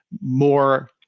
more